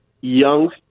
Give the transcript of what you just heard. young